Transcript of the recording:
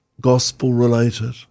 gospel-related